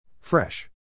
Fresh